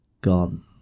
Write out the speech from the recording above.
gone